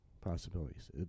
possibilities